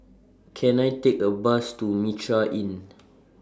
Can I Take A Bus to Mitraa Inn